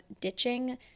ditching